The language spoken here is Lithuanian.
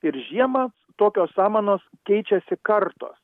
ir žiemą tokios samanos keičiasi kartos